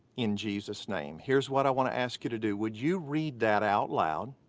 in jesus' name. here's what i wanna ask you to do. would you read that out loud?